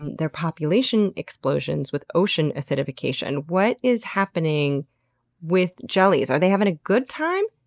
and their population explosions with ocean acidification. what is happening with jellies? are they having a good time?